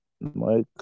Mike